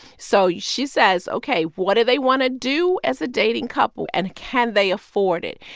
so she says, ok, what do they want to do as a dating couple and can they afford it?